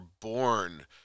born